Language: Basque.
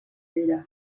dira